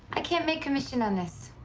i can't make commission on this.